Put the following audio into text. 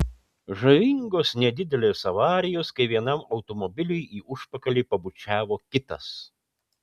žavingos nedidelės avarijos kai vienam automobiliui į užpakalį pabučiavo kitas